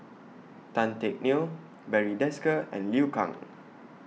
Tan Teck Neo Barry Desker and Liu Kang